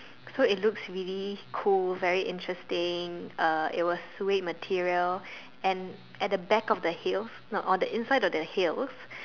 so it looks really cool very interesting uh it was suede material and at the back of the heels no on the inside of the heels